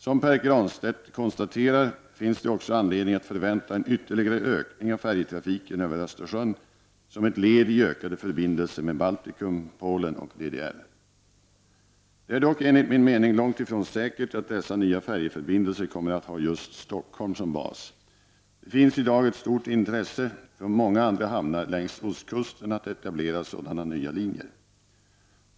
Som Pär Granstedt konstaterar finns det också anledning att förvänta en ytterligare ökning av färjetrafiken över Östersjön som ett led i ökade förbindelser med Baltikum, Polen och DDR. Det är dock enligt min mening långtifrån säkert att dessa nya färjeförbindelser kommer att ha just Stockholm som bas. Det finns i dag ett stort intresse från många andra hamnar längs ostkusten att etablera sådana nya linjer.